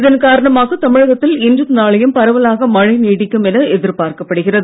இதன் காரணமாக தமிழகத்தில் இன்றும் நாளையும் பரவலாக மழை நீடிக்கும் என எதிர்பார்க்கப் படுகிறது